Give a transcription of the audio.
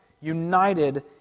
united